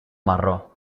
marró